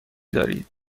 دارید